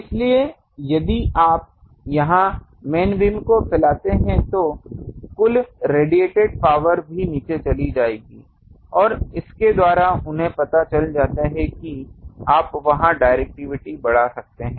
इसलिए यदि आप यहां मेन बीम को फैलाते हैं तो कुल रेडिएटेड पावर भी नीचे चली जाएगी और इसके द्वारा उन्हें पता चल जाता है कि आप वहां डिरेक्टिविटी बढ़ा सकते हैं